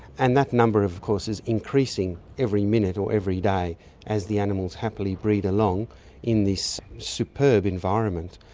and that number of course is increasing every minute or every day as the animals happily breed along in this superb environment.